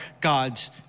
God's